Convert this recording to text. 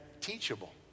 teachable